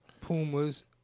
Pumas